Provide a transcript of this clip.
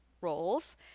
roles